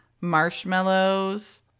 Marshmallows